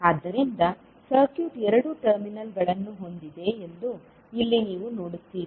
ಆದ್ದರಿಂದ ಸರ್ಕ್ಯೂಟ್ ಎರಡು ಟರ್ಮಿನಲ್ಗಳನ್ನು ಹೊಂದಿದೆ ಎಂದು ಇಲ್ಲಿ ನೀವು ನೋಡುತ್ತೀರಿ